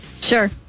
Sure